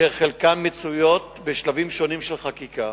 שחלקן נמצאות בשלבים שונים של חקיקה.